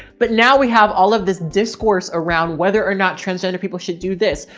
but now we have all of this discourse around whether or not transgender people should do this,